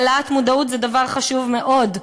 העלאת מודעות זה דבר חשוב מאוד,